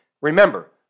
Remember